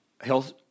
health